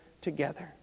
together